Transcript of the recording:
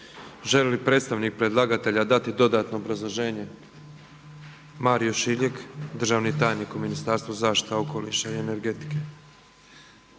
Želi li predstavnik predlagatelja dati dodatno obrazloženje? Mario Šiljeg, državni tajnik u Ministarstvu zaštite okoliša i energetike.